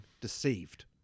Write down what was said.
deceived